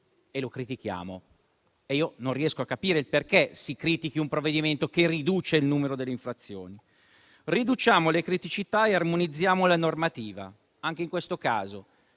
in discussione e non riesco a capire perché si critichi un provvedimento che riduce il numero delle infrazioni. Diminuiamo le criticità e armonizziamo la normativa, anche in questo caso: